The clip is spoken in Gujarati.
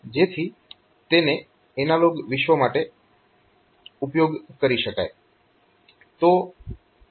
જેથી તેનો એનાલોગ વિશ્વ માટે ઉપયોગ કરી શકાય